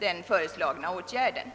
den föreslagna åtgärden.